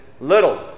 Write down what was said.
little